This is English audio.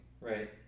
Right